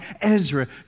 Ezra